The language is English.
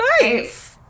Nice